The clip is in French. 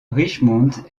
richmond